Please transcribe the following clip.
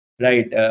right